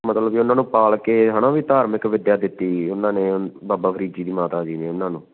ਮਤਲਬ ਕਿ ਉਨ੍ਹਾਂ ਨੂੰ ਪਾਲ ਕੇ ਹੈ ਨਾ ਵੀ ਧਾਰਮਿਕ ਵਿੱਦਿਆ ਦਿੱਤੀ ਗਈ ਉਨ੍ਹਾਂ ਨੇ ਬਾਬਾ ਫ਼ਰੀਦ ਜੀ ਦੀ ਮਾਤਾ ਜੀ ਨੇ ਉਨ੍ਹਾਂ ਨੂੰ